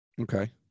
Okay